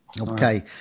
Okay